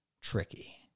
tricky